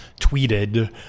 tweeted